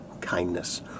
kindness